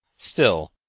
still,